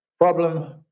problem